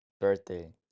birthday